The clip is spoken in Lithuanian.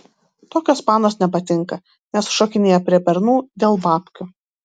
tokios panos nepatinka nes šokinėja prie bernų dėl babkių